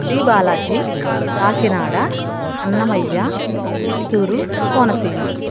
Shri Balaji Kakinada Annamayya Chittoor Konaseema